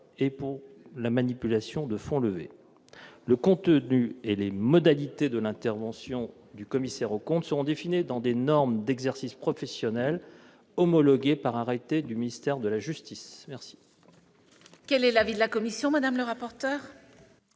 et pour la manipulation des fonds levés. Le contenu et les modalités de l'intervention du commissaire aux comptes seront définis dans des normes d'exercice professionnel homologuées par arrêté du ministre de la justice. Quel est l'avis de la commission spéciale ?